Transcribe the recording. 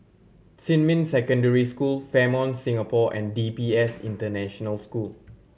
Xinmin Secondary School Fairmont Singapore and D P S International School